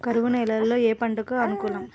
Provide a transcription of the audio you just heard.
కరువు నేలలో ఏ పంటకు అనుకూలం?